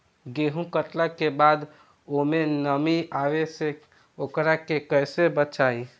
गेंहू कटला के बाद ओमे नमी आवे से ओकरा के कैसे बचाई?